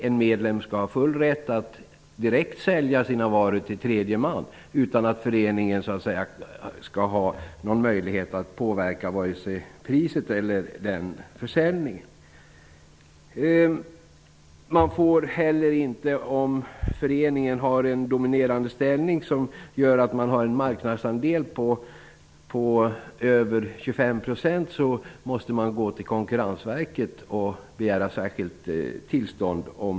En medlem skall också ha full rätt att direkt sälja sina varor till tredje man utan att föreningen skall ha någon möjlighet att påverka vare sig priset eller den försäljningen. Om föreningen har en dominerande ställning som gör att den har en marknadsandel på över 25 %, måste den gå till Konkurrensverket och begära särskilt tillstånd.